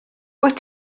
wyt